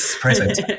present